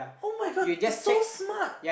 [oh]-my-god he so smart